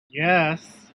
yes